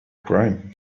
crime